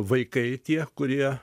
vaikai tie kurie